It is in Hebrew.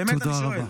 באמת אני שואל.